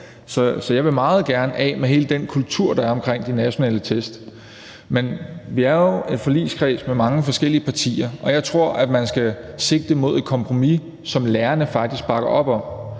Jeg vil meget gerne af med hele den kultur, der er omkring de nationale test, men vi er jo en forligskreds med mange forskellige partier, og jeg tror, at man skal sigte mod et kompromis, som lærerne faktisk bakker op om.